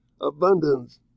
abundance